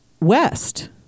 West